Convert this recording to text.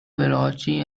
veloci